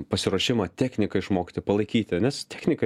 pasiruošimą techniką išmokti palaikyti nes technika